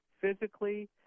physically